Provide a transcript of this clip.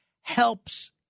helps